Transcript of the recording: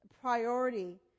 priority